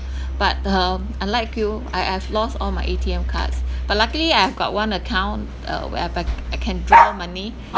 but hmm unlike you I I've lost all my A_T_M cards but luckily I have got one account uh where I can I can draw money